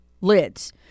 lids